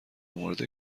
مورد